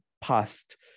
past